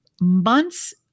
Months